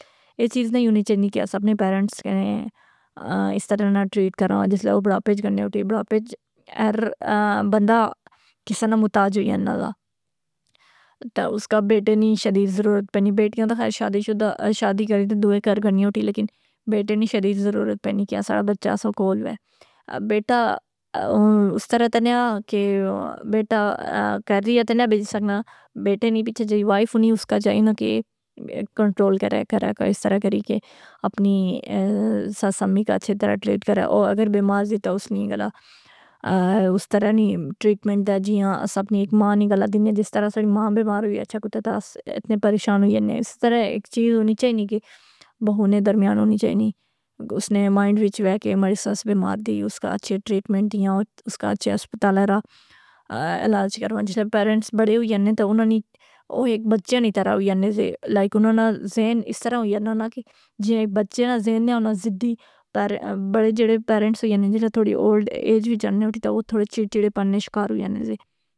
اے چیزنی ہونی چائنی کہ سب نے پیرنٹس کنے اس طرح نہ ٹریٹ کرا، جسلے او بڑھاپے اچ گنے اٹھی۔ بڑھاپے اچ ہربندہ کسے نہ محتاج ہوئ انا دا۔ تہ اس کا بیٹے نیں شدید ضرورت پینی، بیٹیاں تہ خیرشادی شدہ شادی کری تہ دوئے گھرگنی اٹھی، لیکن بیٹے نی شدید ضرورت پینی کہ اساڑا بچہ اسو کول وے۔ بیٹا اس طرح تہ نیا کہ بیٹا گھرای اے تہ نہ بیجی سکنا، بیٹے نیں پیچھے جیڑی وائف ہونی اس کا جائے نہ کہ کنٹرول کرے گھرا کو اس طرح کری کہ اپنی ساس امی کا اچھی طرح ٹریٹ کرے۔ اواگر بیمار زی تہ اس نیں گلہ اس طرح نیں ٹریٹمنٹ دے جیاں اساں اپنی ایک ماں نیں گلہ دینیاں جس طرح اساڑی ماں بیمار ہوئی اچھے کتا تہ اس اتنے پریشان ہوئی ینے۔ اس طرح ایک چیز ہونی چائینے کہ بہو نے درمیان ہونی چائینی، اس نے مائنڈ وچ وے کہ ماڑی ساس بیمار دی، اس کا اچھے ٹریٹمنٹ دیاں، اس کا اچھے اسپتالہ را علاج کروے جسلے پیرنٹس بڑے ہوئی ینے تہ اناں نی او اک بچے نیں طرح ہوئی ینے سہ لائک اوناں ناں ذہن اس طرح ہوئی ینا نہ کہ جیویں اک بچے نہ ذہن نے ہونا ضدی، پر بڑے جیڑے پیرنٹس ہوئی انے جلسے تھوڑی اولڈ ایج وچ آنے اٹھی تہ او تھوڑی چڑ چڑے پن نے شکار ہوئی یا ے سے۔